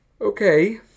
okay